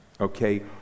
Okay